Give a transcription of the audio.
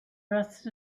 rest